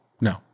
No